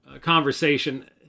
conversation